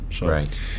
Right